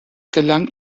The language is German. gelang